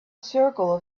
circle